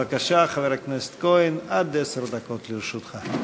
בבקשה, חבר הכנסת כהן, עד עשר דקות לרשותך.